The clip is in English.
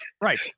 Right